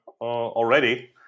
already